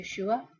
Yeshua